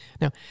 now